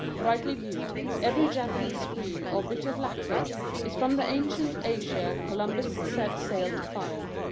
rightly viewed, every japanese screen or bit of lacquer is from the ancient asia columbus set sail to find.